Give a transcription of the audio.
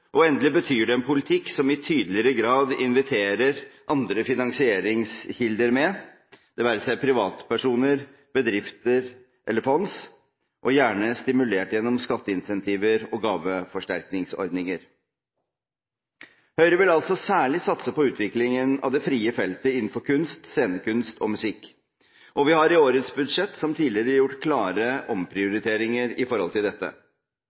og endelig betyr det en politikk som i tydeligere grad inviterer andre finansieringskilder med, det være seg privatpersoner, bedrifter eller fond, og gjerne stimulert gjennom skatteincentiver og gaveforsterkningsordninger. Høyre vil altså særlig satse på utviklingen av det frie feltet innenfor kunst, scenekunst og musikk, og vi har i årets budsjett – som tidligere – gjort klare omprioriteringer med hensyn til dette.